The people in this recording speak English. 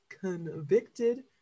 convicted